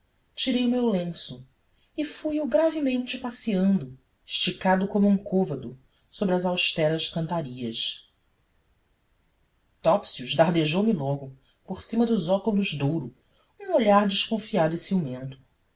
tirei o meu lenço e fui o gravemente passeando esticado como um côvado sobre as austeras cantarias topsius dardejou me logo por cima dos óculos de ouro um olhar desconfiado e ciumento